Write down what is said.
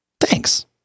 Thanks